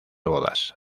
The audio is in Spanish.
bodas